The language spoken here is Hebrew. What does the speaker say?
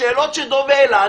בשאלות שדב העלה,